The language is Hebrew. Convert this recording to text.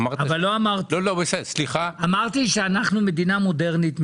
אמרתי שאנחנו מדינה מודרנית,